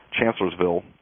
Chancellorsville